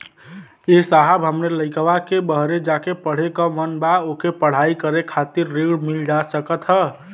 ए साहब हमरे लईकवा के बहरे जाके पढ़े क मन बा ओके पढ़ाई करे खातिर ऋण मिल जा सकत ह?